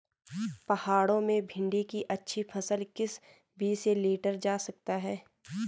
पहाड़ों में भिन्डी की अच्छी फसल किस बीज से लीटर जा सकती है?